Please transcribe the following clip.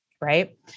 right